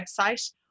website